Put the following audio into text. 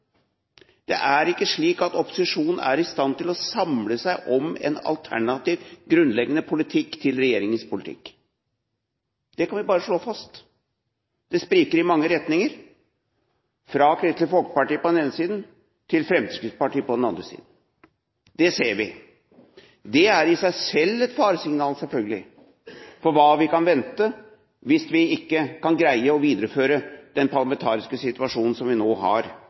Det er ikke slik at opposisjonen er i stand til å samle seg om en grunnleggende politikk som et alternativ til regjeringens politikk. Det kan vi bare slå fast. Det spriker i mange retninger, fra Kristelig Folkeparti på den ene siden til Fremskrittspartiet på den andre. Det ser vi. Det er i seg selv et faresignal, selvfølgelig, om hva vi kan vente hvis vi ikke kan greie å videreføre den parlamentariske situasjonen vi nå har,